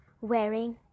wearing